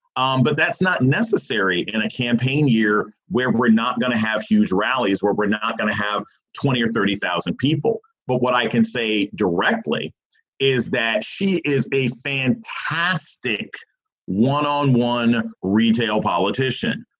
um but that's not necessary in a campaign year where we're not going to have huge rallies, where we're not going to have twenty or thirty thousand people. but what i can say directly is that she is a fantastic one on one retail politician.